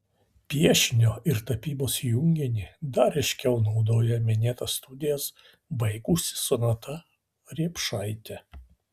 piešinio ir tapybos junginį dar ryškiau naudoja minėtas studijas baigusi sonata riepšaitė